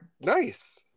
Nice